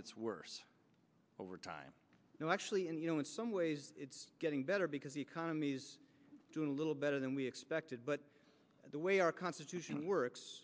gets worse over time no actually and you know in some ways it's getting better because the economy's doing a little better than we expected but the way our constitution works